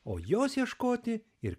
o jos ieškoti ir